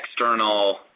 external –